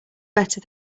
better